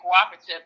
cooperative